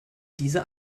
dieser